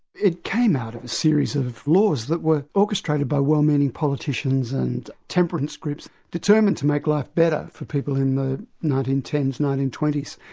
it came out of a series of laws that were orchestrated by well-meaning politicians and temperance groups, determined to make life better for people in the nineteen ten s, nineteen twenty s,